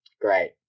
great